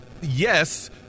yes